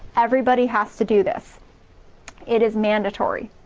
everybody has to do this it is mandatory.